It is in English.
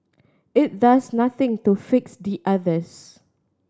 it does nothing to fix the others